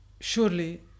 surely